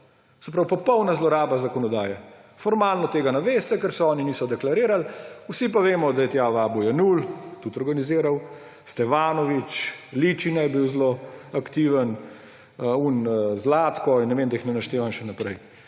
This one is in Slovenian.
Se pravi popolna zloraba zakonodaje. Formalno tega ne veste, ker se oni niso deklarirali, vsi pa vemo, da je tja vabil Jenull, tudi organiziral, Stevanović, Ličina je bil zelo aktiven, tisti Zlatko, da jih ne naštevam še naprej.